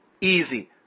easy